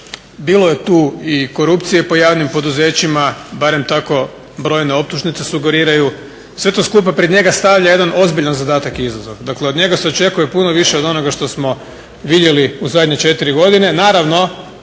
Bilo je tu i korupcije po javnim poduzećima, barem tako brojne optužnice sugeriraju. Sve to skupa pred njega stavlja jedan ozbiljan zadatak i izazov. Dakle od njega se očekuje puno više od onoga što smo vidjeli u zadnje 4 godine.